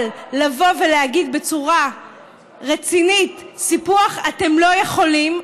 אבל לבוא ולהגיד בצורה רצינית "סיפוח" אתם לא יכולים,